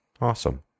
Awesome